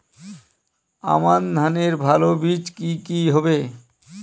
আমান ধানের ভালো বীজ কি কি হবে?